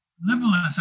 liberalism